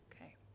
Okay